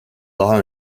daha